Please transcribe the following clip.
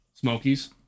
Smokies